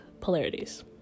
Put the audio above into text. polarities